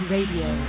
Radio